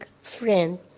friend